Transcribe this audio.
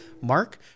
Mark